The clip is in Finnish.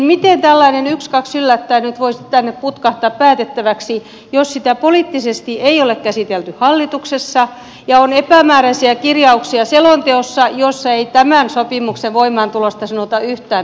miten tällainen ykskaks yllättäen nyt voisi tänne putkahtaa päätettäväksi jos sitä poliittisesti ei ole käsitelty hallituksessa ja on epämääräisiä kirjauksia selonteossa joissa ei tämän sopimuksen voimaantulosta sanota yhtään mitään